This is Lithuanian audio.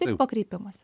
tik po kreipimosi